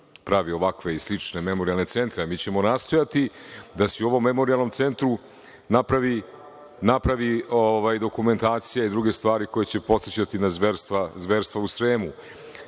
pravi ovakve i slične memorijalne centra, a mi ćemo nastojati da se u ovom memorijalnom centru napravi dokumentacija i druge stvari koje će podsećati na zverstva u Sremu. Ono